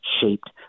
shaped